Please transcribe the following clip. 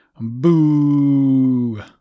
Boo